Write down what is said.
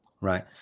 Right